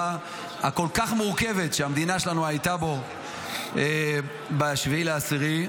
כל כך מורכבת שהמדינה שלנו הייתה בו ב-7 באוקטובר,